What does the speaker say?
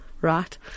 right